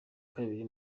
kabiri